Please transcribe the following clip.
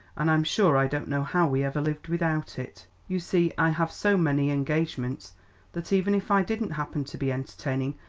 and i'm sure i don't know how we ever lived without it. you see i have so many engagements that even if i didn't happen to be entertaining,